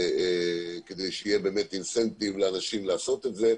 כדי שיהיה אינסנטיב לאנשים לעשות את זה.